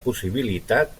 possibilitat